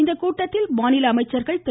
இக்கூட்டத்தில் மாநில அமைச்சர்கள் திரு